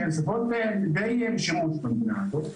שפות די בשימוש במדינה הזאת.